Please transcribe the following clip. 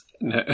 No